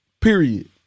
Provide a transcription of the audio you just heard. Period